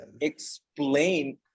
explain